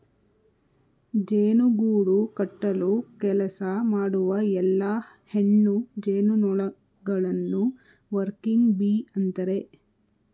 ಜೇನು ಗೂಡು ಕಟ್ಟಲು ಕೆಲಸ ಮಾಡುವ ಎಲ್ಲಾ ಹೆಣ್ಣು ಜೇನುನೊಣಗಳನ್ನು ವರ್ಕಿಂಗ್ ಬೀ ಅಂತರೆ